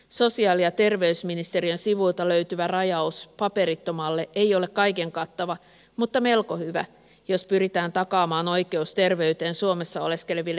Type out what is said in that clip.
sosiaali ja terveysministeriön sivuilta löytyvä rajaus paperittomalle ei ole kaiken kattava mutta melko hyvä jos pyritään takaamaan oikeus terveyteen suomessa oleskeleville henkilöille